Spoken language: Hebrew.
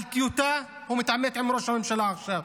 על טיוטה הוא מתעמת עם ראש הממשלה עכשיו.